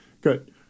Good